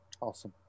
Awesome